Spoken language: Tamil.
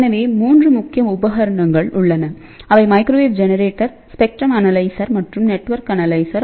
எனவே 3 முக்கிய உபகரணங்கள் உள்ளனஅவை மைக்ரோவேவ் ஜெனரேட்டர் ஸ்பெக்ட்ரம் அனலைசர் மற்றும் நெட்வொர்க் அனலைசர்